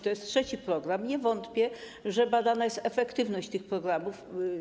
To jest trzeci program, nie wątpię, że badana jest efektywność tych programów.